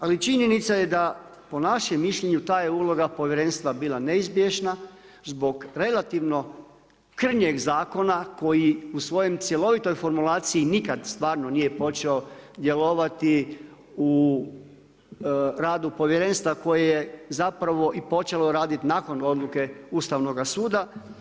Ali činjenica je da po našem mišljenju ta je uloga povjerenstva bila neizbježna zbog relativno krnjeg zakona koji u svojoj cjelovitoj formulaciji nikad, stvarno nije počeo djelovati u radu povjerenstva koje je zapravo i počelo raditi nakon odluke Ustavnoga suda.